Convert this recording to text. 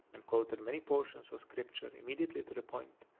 and quoted many portions of scripture immediately to the point,